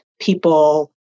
people